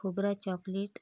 खोबरा chocolate